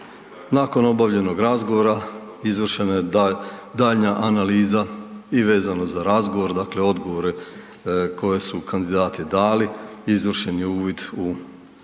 nakon obavljenog razgovora izvršena je daljnja analiza i vezano za razgovor dakle odgovore koje su kandidati dali i izvršen je uvid u životopise